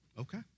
Okay